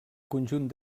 conjunt